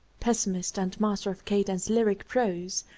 pessimist and master of cadenced lyric prose,